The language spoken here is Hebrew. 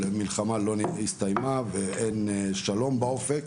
אבל המלחמה לא הסתיימה ואין שלום באופק,